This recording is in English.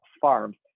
farms